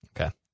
Okay